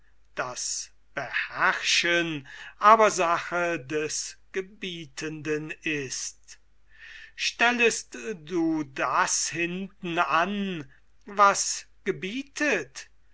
das beherrschen aber sache des gebietenden ist stellest du das hinten hin was gebietet